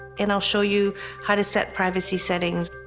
and i'll show you how to set privacy settings.